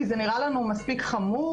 כי זה נראה לנו מספיק חמור,